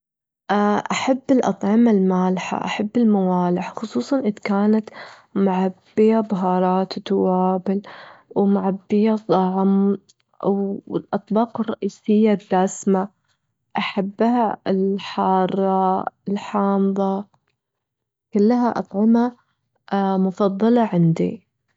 أحب الأطعمة المالحة، أحب الموالح خصوصًا إذ كانت معبية بهارات وتوابل ومعبية طعم، والأطباق الرئيسية الدسمة، أحبها الحارة الحامضة كلها أطعمة مفضلة عندي.